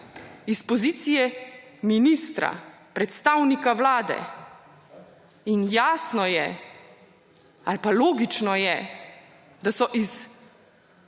s pozicije ministra, predstavnika Vlade. In jasno je ali pa logično je, da so iz